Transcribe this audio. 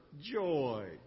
joy